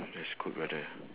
that's good brother